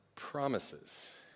promises